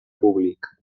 públic